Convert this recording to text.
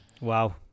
Wow